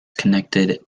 connected